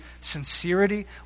sincerity